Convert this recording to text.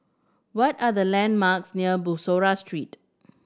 what are the landmarks near Bussorah Street